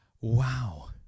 Wow